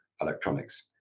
electronics